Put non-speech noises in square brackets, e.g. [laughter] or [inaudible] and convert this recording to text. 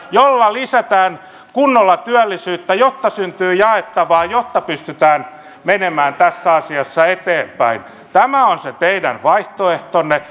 jolla lisätään kunnolla työllisyyttä jotta syntyy jaettavaa jotta pystytään menemään tässä asiassa eteenpäin tämä on se teidän vaihtoehtonne [unintelligible]